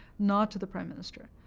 not to the prime minister.